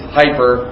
hyper